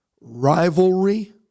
rivalry